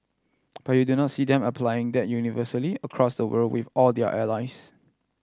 but you do not see them applying that universally across the world with all their allies